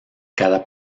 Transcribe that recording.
cada